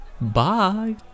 bye